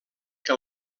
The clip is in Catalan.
que